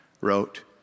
wrote